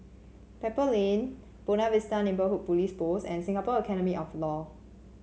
Pebble Lane Buona Vista Neighbourhood Police Post and Singapore Academy of Law